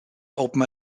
open